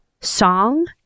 song